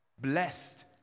blessed